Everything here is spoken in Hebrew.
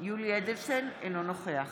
יולי יואל אדלשטיין, אינו נוכח